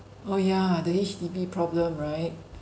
oh ya the H_D_B problem right